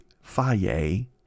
Faye